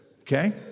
Okay